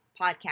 podcast